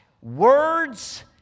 words